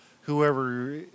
whoever